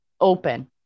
open